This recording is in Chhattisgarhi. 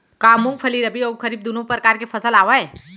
का मूंगफली रबि अऊ खरीफ दूनो परकार फसल आवय?